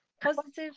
positive